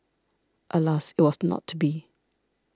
alas it was not to be